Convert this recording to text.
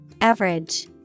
Average